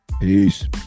Peace